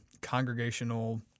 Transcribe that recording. congregational